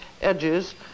edges